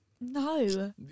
no